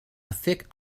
thick